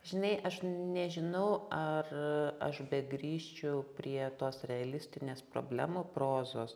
žinai aš nežinau ar aš begrįžčiau prie tos realistinės problemų prozos